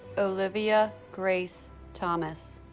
olivia grace thomas